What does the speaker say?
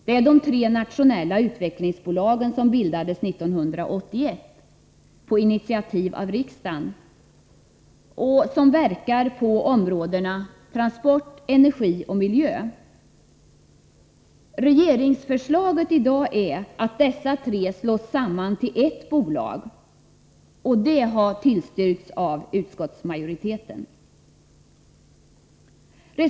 Detta är tre nationella utvecklingsbolag som bildades 1981 på initiativ av riksdagen och som verkar på områdena transport, energi och miljö. Regeringsförslaget i dag är att dessa tre slås samman till ett bolag, vilket utskottsmajoriteten tillstyrker.